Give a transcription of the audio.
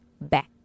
back